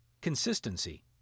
consistency